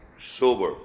sober